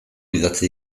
idatzi